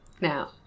Now